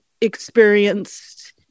experienced